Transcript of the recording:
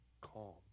calm